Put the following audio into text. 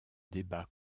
débat